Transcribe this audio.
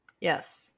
Yes